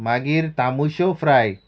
मागीर तामुश्यो फ्राय